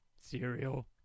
Cereal